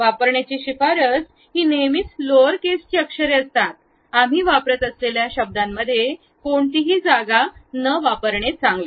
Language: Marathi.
वापरण्याची शिफारस ही नेहमीच लोअर केसची अक्षरे असते आम्ही वापरत असलेल्या शब्दांमध्ये कोणतीही जागा न वापरणे चांगले